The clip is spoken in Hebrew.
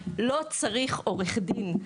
לא צריך עורך דין,